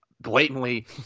blatantly